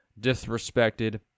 disrespected